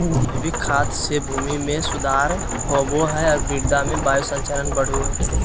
जैविक खाद से भूमि में सुधार होवो हइ और मृदा में वायु संचार बढ़ो हइ